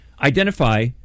identify